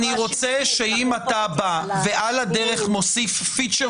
אני רוצה שאם אתה בא ועל הדרך מוסיף פיצ'ר